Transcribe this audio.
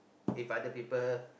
if other people